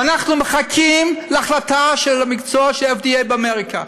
ואנחנו מחכים להחלטה המקצועית של ה-FDA באמריקה.